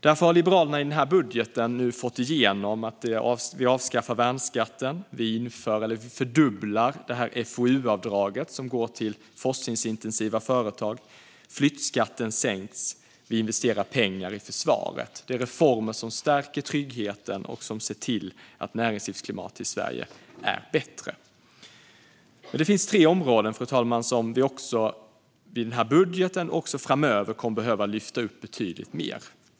Därför har Liberalerna i den här budgeten fått igenom att vi avskaffar värnskatten, vi fördubblar FOU-avdraget till forskningsintensiva företag, flyttskatten sänks och vi investerar pengar i försvaret. Det är reformer som stärker tryggheten och ser till att näringslivsklimatet i Sverige är bättre. Fru talman! Det finns tre områden som vi lyfter fram i den här budgeten, och också framöver kommer vi att behöva lyfta fram dem betydligt mer.